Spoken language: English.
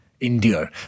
endure